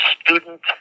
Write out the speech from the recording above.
student